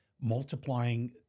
multiplying